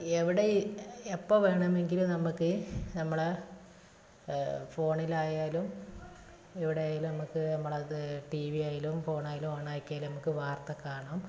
എവിടെ എപ്പം വേണമെങ്കിലും നമുക്ക് നമ്മളെ ഫോണിലായാലും എവിടെ ആയാലും നമുക്ക് നമ്മൾ അത് ടീ വി ആയാലും ഫോണായാലും ഓണാക്കിയാൽ നമുക്ക് വാർത്ത കാണാം